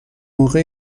موقع